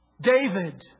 David